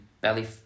belly